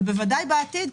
אבל בוודאי בעתיד,